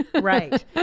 Right